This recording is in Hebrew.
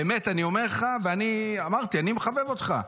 באמת, אני אומר לך, ואני אמרתי, אני מחבב אותך,